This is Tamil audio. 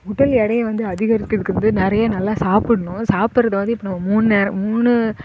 உடல் எடையை வந்து அதிகரிக்கிறதுக்கு வந்து நிறைய நல்லா சாப்பிட்ணும் சாப்பிட்றது வந்து இப்போது மூணு நே மூணு